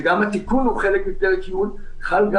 וגם התיקון הוא חלק מפרק י' חל גם